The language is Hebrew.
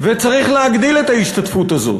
וצריך להגדיל את ההשתתפות הזאת.